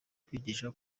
kwigisha